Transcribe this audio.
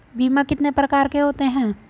बीमा कितने प्रकार के होते हैं?